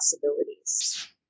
possibilities